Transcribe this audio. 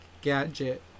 Gadget